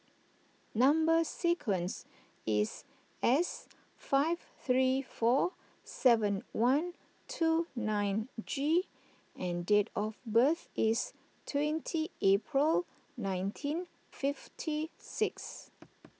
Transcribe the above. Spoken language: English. Number Sequence is S five three four seven one two nine G and date of birth is twenty April nineteen fifty six